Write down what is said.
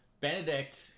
Benedict